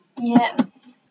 Yes